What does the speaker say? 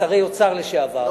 ושרי אוצר לשעבר,